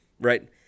right